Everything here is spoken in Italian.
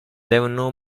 devono